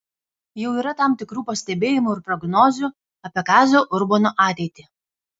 jau yra tam tikrų pastebėjimų ir prognozių apie kazio urbono ateitį